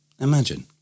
imagine